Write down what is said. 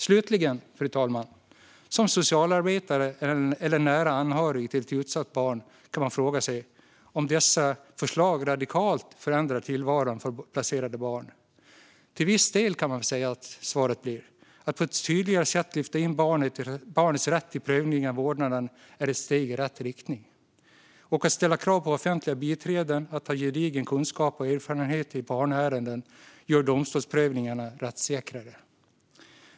Slutligen, fru talman: Som socialarbetare eller nära anhörig till ett utsatt barn kan man fråga sig om dessa förslag radikalt förändrar tillvaron för placerade barn. Till viss del, kan man säga att svaret blir. Att på ett tydligare sätt lyfta in barnets rätt i en prövning av vårdnaden är ett steg i rätt riktning och att ställa krav på offentliga biträden att ha gedigen kunskap och erfarenhet i barnärenden gör domstolsprövningarna rättssäkrare.